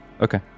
Okay